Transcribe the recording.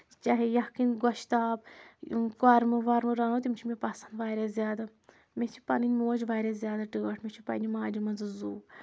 چاہے یکھٕنۍ گۄشتاب کۄرمہٕ ورمہٕ رَنو تِم چھِ مےٚ پسنٛد واریاہ زیادٕ مےٚ چھِ پنٕنۍ موج واریاہ زیادٕ ٹٲٹھ مےٚ چھُ پنٕنہِ ماجہِ منٛزٕ زوٗ